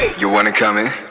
you wanna come in?